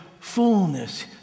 Fullness